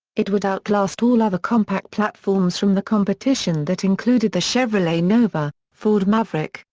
it would outlast all other compact platforms from the competition that included the chevrolet nova, ford maverick,